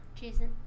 Jason